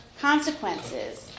consequences